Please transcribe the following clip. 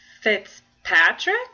Fitzpatrick